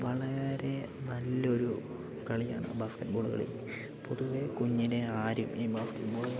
വളരെ നല്ലൊരു കളിയാണ് ബാസ്കറ്റ് ബോൾ കളി പൊതുവേ കുഞ്ഞിലെ ആരും ഈ ബാസ്കറ്റ് ബോൾ